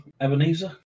Ebenezer